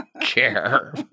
care